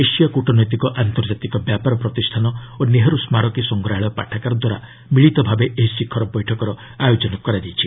ଏସୀୟ କୂଟନୈତିକ ଓ ଆନ୍ତର୍ଜାତିକ ବ୍ୟାପାର ପ୍ରତିଷ୍ଠାନ ଓ ନେହେରୁ ସ୍କାରକୀ ସଂଗ୍ରାହାଳୟ ପାଠାଗାର ଦ୍ୱାରା ମିଳିତ ଭାବେ ଏହି ଶିଖର ବୈଠକର ଆୟୋଜନ କରାଯାଇଛି